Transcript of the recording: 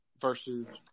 versus